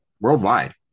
worldwide